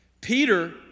Peter